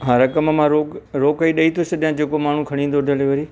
हा रक़म मां रोकु रोकु ई ॾेई थो छॾियां जेको माण्हू खणी ईंदो डिलिवरी